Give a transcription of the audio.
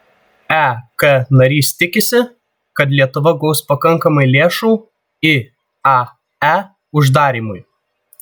ek narys tikisi kad lietuva gaus pakankamai lėšų iae uždarymui